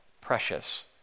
precious